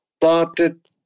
started